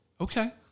Okay